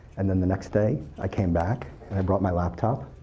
and then the next day, i came back, and i brought my laptop,